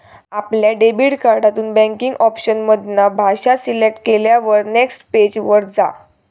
आपल्या डेबिट कार्डातून banking option मधना भाषा सिलेक्ट केल्यार नेक्स्ट पेज वर जा